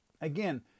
Again